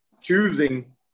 choosing